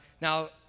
Now